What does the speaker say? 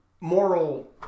moral